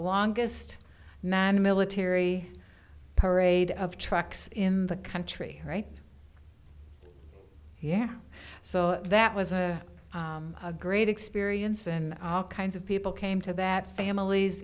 longest military parade of trucks in the country right yeah so that was a great experience and all kinds of people came to that famil